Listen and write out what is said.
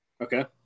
Okay